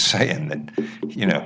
saying that you know